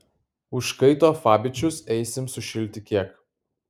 užkaito fabičius eisim sušilti kiek